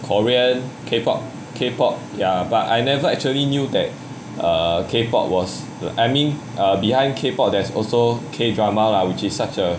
korean K pop K pop ya but I never actually knew that err K pop was I mean err behind K pop there is also K drama lah which is such a